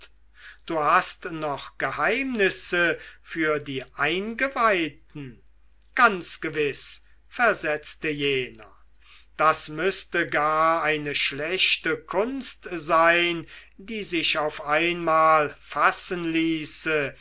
du hast noch geheimnisse für die eingeweihten ganz gewiß versetzte jener das müßte gar eine schlechte kunst sein die sich auf einmal fassen ließe